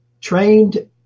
trained